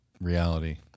reality